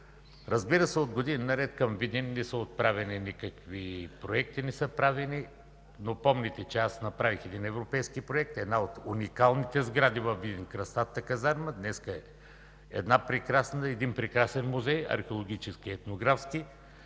Разбира се, от години наред към Видин не са правени никакви проекти. Помните, че аз направих един европейски проект и една от уникалните сгради във Видин – Кръстатата казарма, днес е един прекрасен музей – археологически и етнографски.